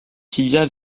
tibia